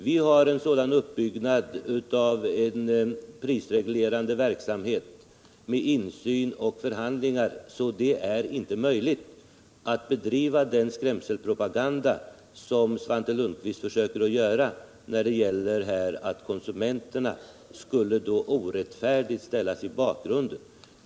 Vi har en sådan uppbyggnad av den prisreglerande verksamheten, med insyn och förhandlingar, att det är inte möjligt att bedriva den skrämselpropaganda som Svante Lundkvist försöker sig på när han säger att konsumenterna skulle orättfärdigt ställas i bakgrunden.